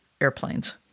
airplanes